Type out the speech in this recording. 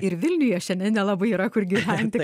ir vilniuje šiandien nelabai yra kur gyventi